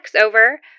Over